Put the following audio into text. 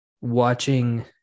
watching